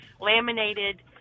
laminated